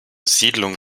siedlung